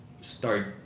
start